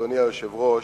אדוני היושב-ראש,